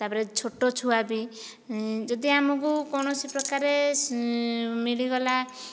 ତାପରେ ଛୋଟ ଛୁଆ ଭି ଯଦି ଆମକୁ କୌଣସି ପ୍ରକାର ମିଳିଗଲା